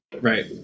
Right